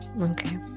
okay